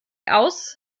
aus